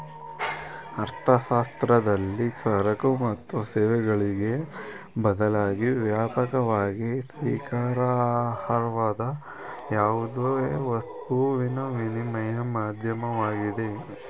ಅರ್ಥಶಾಸ್ತ್ರದಲ್ಲಿ ಸರಕು ಮತ್ತು ಸೇವೆಗಳಿಗೆ ಬದಲಾಗಿ ವ್ಯಾಪಕವಾಗಿ ಸ್ವೀಕಾರಾರ್ಹವಾದ ಯಾವುದೇ ವಸ್ತು ವಿನಿಮಯ ಮಾಧ್ಯಮವಾಗಿದೆ